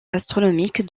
astronomique